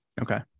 Okay